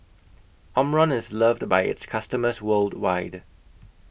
Omron IS loved By its customers worldwide